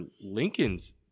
Lincoln's